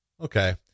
Okay